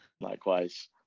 Likewise